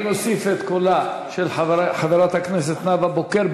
אני מוסיף את קולה של חברת הכנסת נאוה בוקר,